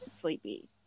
sleepy